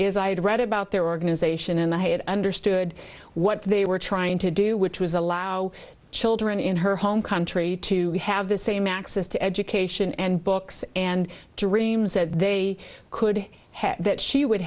is i had read about their organization and i had understood what they were trying to do which was allow children in her home country to have the same access to education and books and dreams that they could have that she would